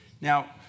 Now